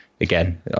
again